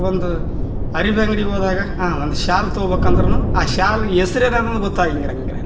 ಒಂದು ಅರ್ವೆ ಅಂಗ್ಡಿಗೆ ಹೋದಾಗ ಒಂದು ಶಾಲು ತಗೊಬಕು ಅಂದ್ರೂನು ಆ ಶಾಲು ಹೆಸ್ರ್ ಏನು ಅನ್ನೋದು ಗೊತ್ತಾಗಿರೋಂಗಿರಲ್ಲ